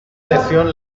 lesión